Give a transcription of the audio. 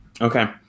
Okay